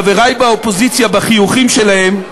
חברי באופוזיציה, בחיוכים שלהם,